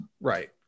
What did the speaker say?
Right